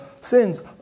sins